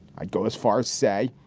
i'd go as far say,